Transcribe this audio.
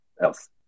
else